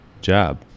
job